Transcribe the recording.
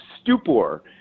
stupor